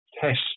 test